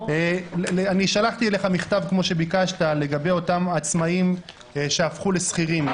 אני שלחתי אליך מכתב כמו שביקשת לגבי אותם עצמאים שהפכו לשכירים,